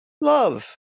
love